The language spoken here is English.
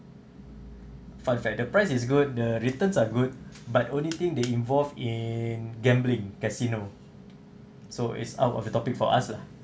funfair the price is good the returns are good but only thing they involved in gambling casino so is out of the topic for us lah